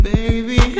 Baby